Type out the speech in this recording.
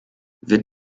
wird